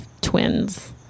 twins